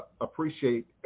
appreciate